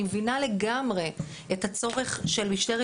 אני מבינה לגמרי את הצורך של משטרת